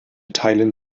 teilen